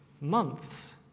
months